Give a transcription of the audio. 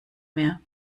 mehr